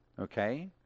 okay